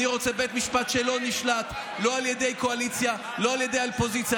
אני רוצה בית משפט שלא נשלט לא על ידי הקואליציה ולא על ידי האופוזיציה.